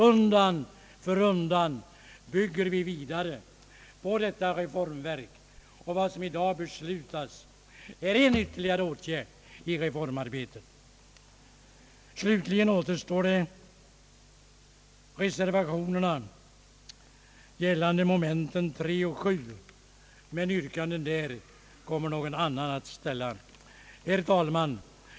Undan för undan bygger vi vidare på detta reformverk. Vad som i dag beslutas gäller en ytterligare åtgärd i reformarbetet. Slutligen återstår reservationerna vid punkterna 3 och 7, men beträffande dessa kommer yrkanden att ställas av annan talare. Herr talman!